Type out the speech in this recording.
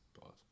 pause